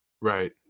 Right